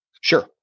Sure